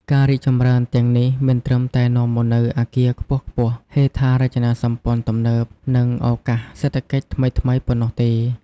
ការរីកចម្រើនទាំងនេះ មិនត្រឹមតែនាំមកនូវអគារខ្ពស់ៗ ហេដ្ឋារចនាសម្ព័ន្ធទំនើប និងឱកាសសេដ្ឋកិច្ចថ្មីៗប៉ុណ្ណោះទេ។